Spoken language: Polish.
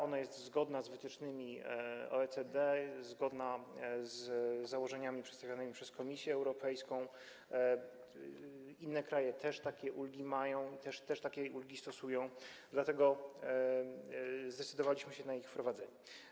Ona jest zgodna z wytycznymi OECD, zgodna z założeniami przedstawionymi przez Komisję Europejską, inne kraje też mają takie ulgi, też takie ulgi stosują, dlatego zdecydowaliśmy się na ich wprowadzenie.